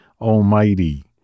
Almighty